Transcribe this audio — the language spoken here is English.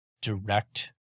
direct